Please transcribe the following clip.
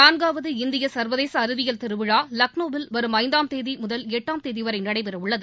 நான்காவது இந்திய சர்வதேச அறிவியல் திருவிழா லக்னோவில் வரும் ஐந்தாம் தேதி முதல் எட்டாம் தேதி வரை நடைபெற உள்ளது